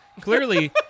clearly